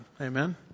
Amen